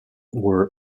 were